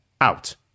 out